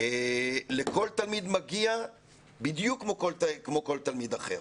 לכל תלמיד מגיע בדיוק כמו כל תלמיד אחר.